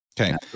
Okay